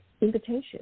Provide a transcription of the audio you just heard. invitation